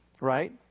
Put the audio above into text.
Right